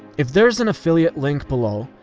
if there's an affiliate link below,